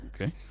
Okay